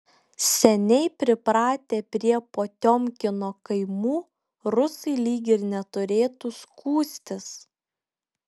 seniai pripratę prie potiomkino kaimų rusai lyg ir neturėtų skųstis